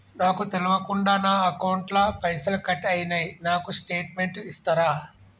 నాకు తెల్వకుండా నా అకౌంట్ ల పైసల్ కట్ అయినై నాకు స్టేటుమెంట్ ఇస్తరా?